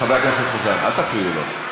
חבר הכנסת חזן, אל תפריעו לו.